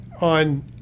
on